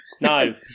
No